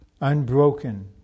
unbroken